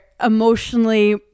emotionally